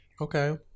okay